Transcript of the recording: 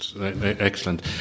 Excellent